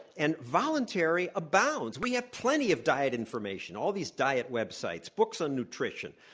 and voluntary abounds. we have plenty of diet information. all these diet websites, books on nutrition,